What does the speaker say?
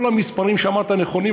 כל המספרים שאמרת נכונים.